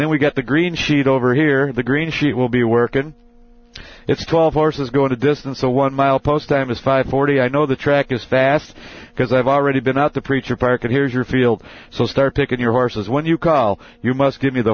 then we get the green sheet over here in the green she will be workin it's twelve hours is going to distance a one mile post time is five forty i know the track is fast because i have already been out the preacher park and here's your field so start picking your horses when you call you must give me the